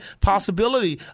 possibility